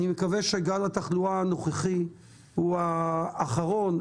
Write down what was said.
אני מקווה שגל התחלואה הנוכחי הוא האחרון,